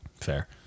Fair